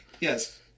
Yes